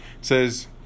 says